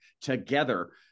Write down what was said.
together